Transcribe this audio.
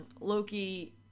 Loki